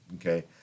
okay